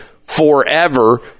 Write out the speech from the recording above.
forever